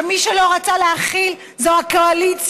שמי שלא רצה להחילה זו הקואליציה,